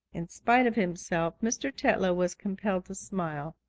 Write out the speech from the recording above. in spite of himself mr. tetlow was compelled to smile.